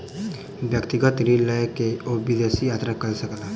व्यक्तिगत ऋण लय के ओ विदेश यात्रा कय सकला